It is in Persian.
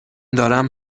دارم